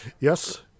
Yes